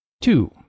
Two